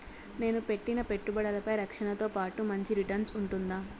నేను పెట్టిన పెట్టుబడులపై రక్షణతో పాటు మంచి రిటర్న్స్ ఉంటుందా?